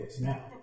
Now